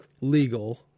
legal